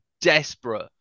desperate